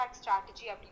strategy